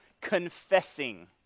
confessing